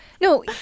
No